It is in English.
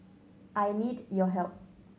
I need your help